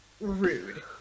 rude